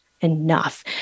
enough